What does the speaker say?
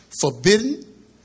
forbidden